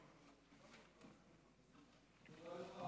תודה לך,